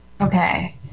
Okay